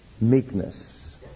meekness